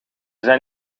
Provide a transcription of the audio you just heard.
zijn